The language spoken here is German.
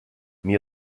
mir